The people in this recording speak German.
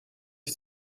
ist